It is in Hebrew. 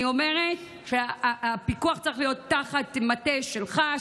אני אומרת שהפיקוח צריך להיות תחת המטה שלך,